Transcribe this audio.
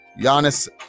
Giannis